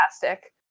fantastic